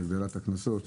והגדלת הקנסות.